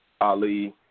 Ali